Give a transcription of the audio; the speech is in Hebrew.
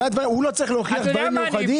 הוא לא צריך להוכיח דברים מיוחדים.